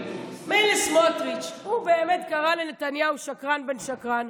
מילא סמוטריץ' הוא באמת קרא לנתניהו שקרן בן שקרן.